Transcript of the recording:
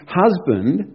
husband